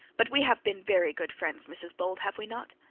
but we have been very good friends, mrs bold, have we not